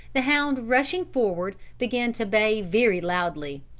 the hound rushing forward, began to bay very loudly.